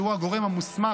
שהוא הגורם המוסמך,